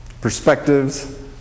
perspectives